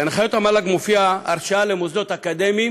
בהנחיות המל"ג מופיעה הרשאה למוסדות אקדמיים